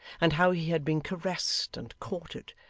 and how he had been caressed and courted,